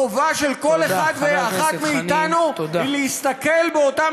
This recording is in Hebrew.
החובה של כל אחד ואחת מאתנו היא להסתכל באותם